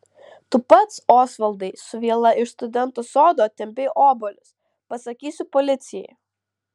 tu pats osvaldai su viela iš studento sodo tempei obuolius pasakysiu policijai